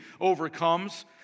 overcomes